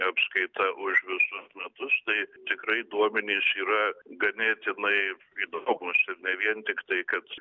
apskaita už visus metus tai tikrai duomenys yra ganėtinai įdomūs ir ne vien tiktai kad